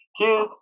kids